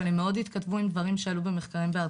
אבל הם מאוד התכתבו עם מחקרים שעלו בארה"ב.